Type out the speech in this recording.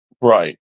Right